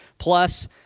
Plus